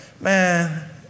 man